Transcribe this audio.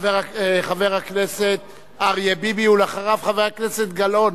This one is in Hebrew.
חבר הכנסת אריה ביבי, ואחריו, חבר הכנסת גלאון.